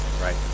Right